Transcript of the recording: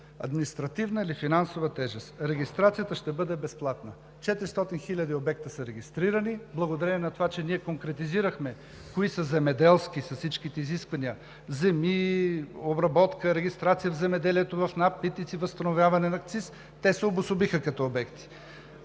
административна или финансова тежест. Регистрацията ще бъде безплатна. Четиристотин хиляди обекта са регистрирани. Благодарение на това, че ние конкретизирахме кои са земеделски обекти с всички изисквания – земи, обработка, регистрация в земеделието, в НАП, Агенция „Митници“, възстановяване на акциз, те се обособиха като обекти.